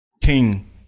king